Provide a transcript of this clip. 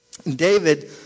David